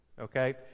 okay